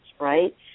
right